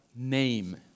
Name